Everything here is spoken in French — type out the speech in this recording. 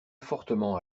fortement